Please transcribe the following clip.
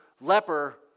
leper